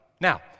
Now